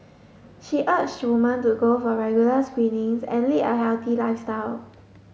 she urge woman to go for regular screenings and lead a healthy lifestyle